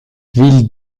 ville